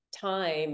time